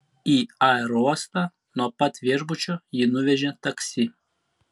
į aerouostą nuo pat viešbučio jį nuvežė taksi